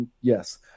yes